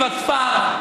עיר וכפר.